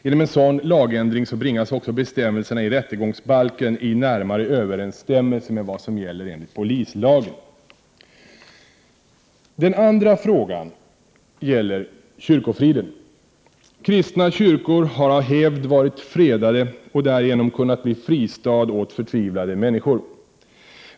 Genom en sådan lagändring bringas bestämmelserna i rättegångsbalken också i närmare överensstämmelse med vad som gäller enligt polislagen. Den andra frågan gäller kyrkofriden. Kristna kyrkor har av hävd varit fredade och därigenom kunnat bli fristad åt förtvivlade människor.